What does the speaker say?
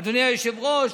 אדוני היושב-ראש,